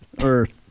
Earth